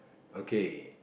okay